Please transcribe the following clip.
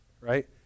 right